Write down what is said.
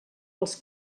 pels